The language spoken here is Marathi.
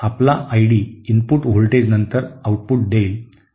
आपला आय डी इनपुट व्होल्टेजनंतर आउटपुट देईल